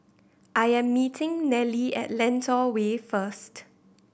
I am meeting Nelly at Lentor Way first